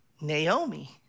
Naomi